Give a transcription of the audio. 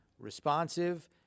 responsive